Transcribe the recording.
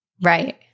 right